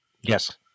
Yes